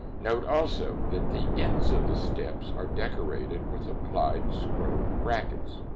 note also that the ends of the steps are decorated with applied scrolled brackets.